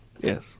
Yes